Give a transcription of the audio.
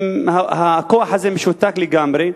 והכוח הזה משותק לגמרי,